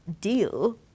deal